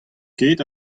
ket